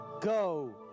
go